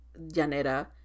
Llanera